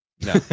No